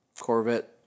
Corvette